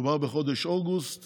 ומדובר בחודש אוגוסט